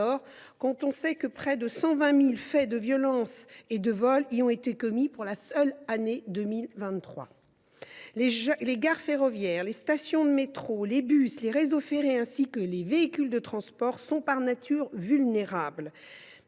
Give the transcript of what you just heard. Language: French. quand on sait que près de 120 000 faits de vols et de violences y ont été commis au cours de la seule année 2023. Les gares ferroviaires, les stations de métro et de bus, les réseaux ferrés ainsi que les véhicules de transport sont, par nature, vulnérables